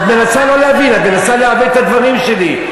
ואת מנסה לא להבין, את מנסה לעוות את הדברים שלי.